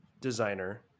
designer